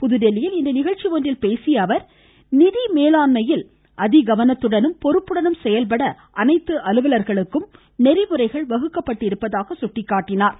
புதுதில்லியில் இன்று நிகழ்ச்சி ஒன்றில் பேசிய அவர் நிதி மேலாண்மையில் கவனத்துடனும் பொறுப்புடனும் செயல்பட அனைத்து அலுவலர்களுக்கும் நெறிமுறைகள் வகுக்கப்பட்டுள்ளதாக கூறினார்